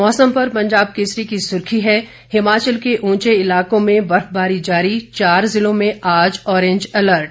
मौसम पर पंजाब केसरी की सुर्खी है हिमाचल के उंचे इलाकों में बर्फबारी जारी चार जिलों में आज ऑरैंज अलर्ट